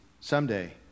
someday